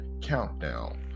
countdown